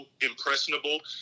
impressionable